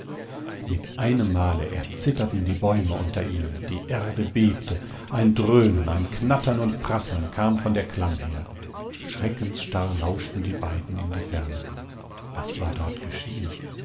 mit einem male erzitterten die bäume unter ihnen die erde bebte ein dröhnen ein knattern und prasseln kam von der klamm her schreckensstarr lauschten die beiden in die ferne was war dort geschehen